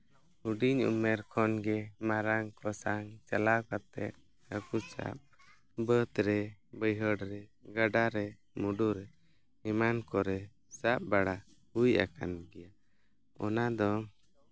ᱦᱩᱰᱤᱧ ᱩᱢᱮᱹᱨ ᱠᱷᱚᱱ ᱜᱮ ᱢᱟᱨᱟᱝ ᱠᱚ ᱥᱟᱝ ᱪᱟᱞᱟᱣ ᱠᱟᱛᱮ ᱦᱟᱹᱠᱩ ᱥᱟᱵᱽ ᱵᱟᱹᱫᱽ ᱨᱮ ᱵᱟᱹᱭᱦᱟᱹᱲ ᱨᱮ ᱜᱟᱰᱟ ᱨᱮ ᱢᱩᱸᱰᱩ ᱨᱮ ᱮᱢᱟᱱ ᱠᱚᱨᱮ ᱥᱟᱵᱽ ᱵᱟᱲᱟ ᱦᱩᱭ ᱟᱠᱟᱱ ᱜᱮᱭᱟ ᱚᱱᱟ ᱫᱚ